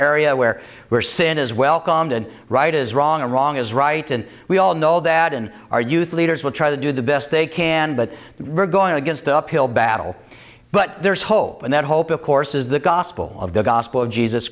area where we are sinners welcomed and right is wrong and wrong is right and we all know that in our youth leaders will try to do the best they can but we're going against the uphill battle but there is hope and that hope of course is the gospel of the gospel of jesus